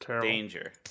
danger